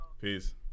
Peace